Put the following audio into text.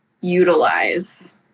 utilize